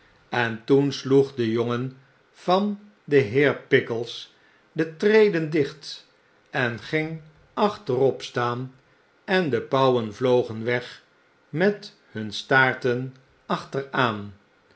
en toensloeg de jongen van den heer pickles de treden di ht en ging achterop staan en de pauwen vlogen weg met hun staarten achteraan